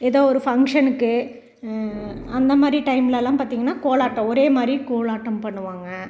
எதோ ஒரு ஃபங்க்ஷனுக்கு அந்த மாதிரி டைம்லலாம் பார்த்திங்கன்னா கோலாட்டம் ஒரே மாதிரி கோலாட்டம் பண்ணுவாங்க